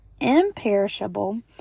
imperishable